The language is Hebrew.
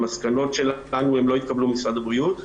המסקנות שנתנו לא התקבלו במשרד הבריאות,